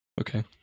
Okay